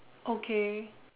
okay